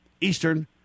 eastern